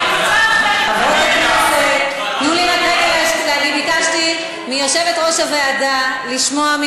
בבקשה, ביקשתי לשמוע מיושבת-ראש הוועדה.